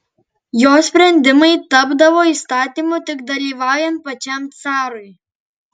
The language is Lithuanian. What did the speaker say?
jo sprendimai tapdavo įstatymu tik dalyvaujant pačiam carui